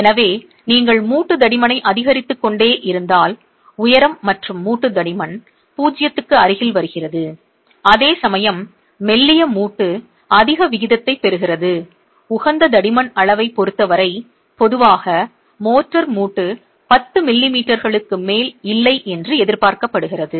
எனவே நீங்கள் மூட்டு தடிமனை அதிகரித்துக் கொண்டே இருந்தால் உயரம் மற்றும் மூட்டு தடிமன் 0 க்கு அருகில் வருகிறது அதேசமயம் மெல்லிய மூட்டு அதிக விகிதத்தைப் பெறுகிறது உகந்த தடிமன் அளவைப் பொறுத்தவரை பொதுவாக மோர்டார் மூட்டு 10 மில்லிமீட்டர்கள் க்கு மேல் இல்லை என்று எதிர்பார்க்கப்படுகிறது